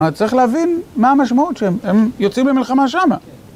אתה צריך להבין מה המשמעות שהם יוצאים במלחמה שמה.